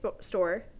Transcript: store